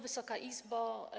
Wysoka Izbo!